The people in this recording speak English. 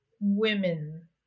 women